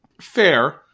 Fair